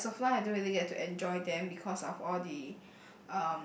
but as long of I don't really get to enjoy them because of all the